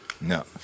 No